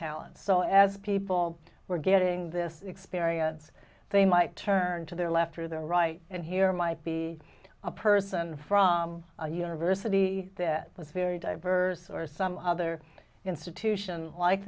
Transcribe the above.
talent so as people were getting this experience they might turn to their left or their right and here might be a person from a university that was very diverse or some other institution like